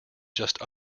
just